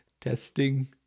testing